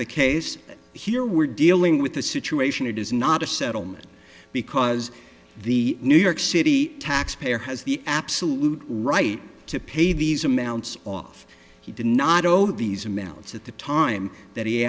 the case here we're dealing with the situation it is not a settlement because the new york city taxpayer has the absolute right to pay these amounts off he did not owe these amounts at the time that he